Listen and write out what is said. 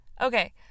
Okay